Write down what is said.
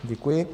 Děkuji.